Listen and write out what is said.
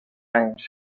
anys